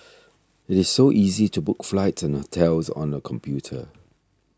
it is so easy to book flights and hotels on the computer